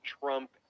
Trump